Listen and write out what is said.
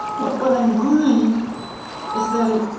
what would i mind is that it,